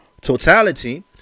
totality